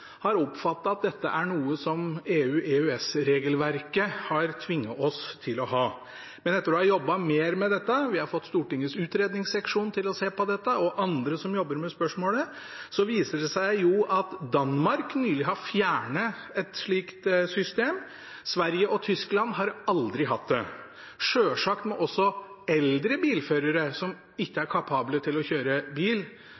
har oppfattet at dette er noe som EU-/EØS-regelverket har tvunget oss til å ha. Men etter å ha jobbet mer med dette – vi har fått Stortingets utredningsseksjon til å se på dette og andre som jobber med spørsmålet – viser det seg at Danmark nylig har fjernet et slikt system. Sverige og Tyskland har aldri hatt det. Selvsagt skal eldre bilførere som ikke